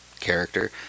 character